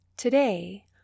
Today